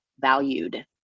valued